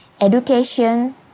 Education